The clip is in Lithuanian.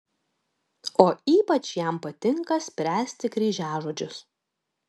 o ypač jam patinka spręsti kryžiažodžius